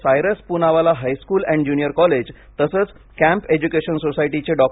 Cyrus Poonawalla high school आणि junior college तसेच camp education सोसायटीचे डॉ